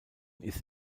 ist